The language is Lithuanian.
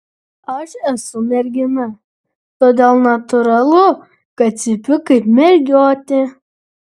aš esu mergina todėl natūralu kad cypiu kaip mergiotė